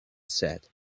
said